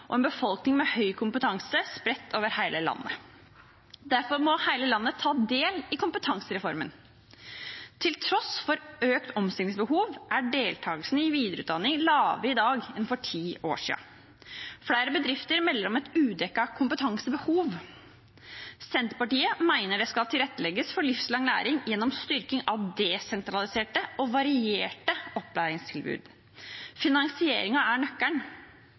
og en befolkning med høy kompetanse spredt over hele landet. Derfor må hele landet ta del i kompetansereformen. Til tross for økt omstillingsbehov er deltakelsen i videreutdanning lavere i dag enn for ti år siden. Flere bedrifter melder om et udekket kompetansebehov. Senterpartiet mener det skal tilrettelegges for livslang læring gjennom styrking av desentraliserte og varierte opplæringstilbud. Finansiering er nøkkelen.